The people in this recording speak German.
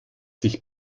sich